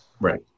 Right